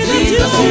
Jesus